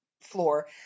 floor